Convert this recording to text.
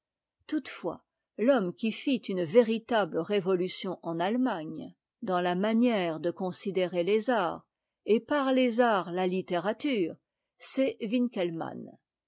toutefois f'homme qui fit une véritable révolution en allemagne dans la manière de considérer les arts et par les arts la littérature c'est